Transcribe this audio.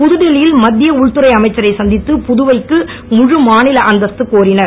புதுடில்லியில் மத்திய உள்துறை அமைச்சரை சந்தித்து புதுவைக்கு முழு மாநில அந்தஸ்து கோரிஞர்